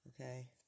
Okay